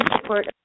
support